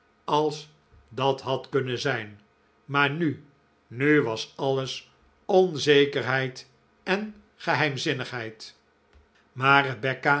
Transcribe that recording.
als dat had kunnen zijn maar nu nu was alles onzekerheid en geheimzinnigheid maar rebecca